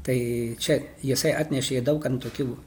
tai čia jisai atnešė daug gan tokių